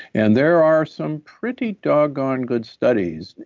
and there are some pretty doggone good studies,